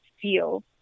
feel